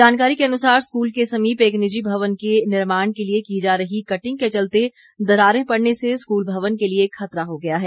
जानकारी के अनुसार स्कूल के समीप एक निजी भवन के निर्माण के लिए की जा रही कटिंग के चलते दरारें पड़ने से स्कूल भवन के लिए खतरा हो गया है